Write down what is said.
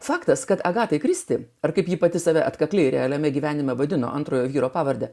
faktas kad agatai kristi ar kaip ji pati save atkakliai realiame gyvenime vadino antrojo vyro pavardę